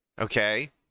Okay